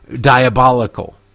diabolical